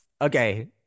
Okay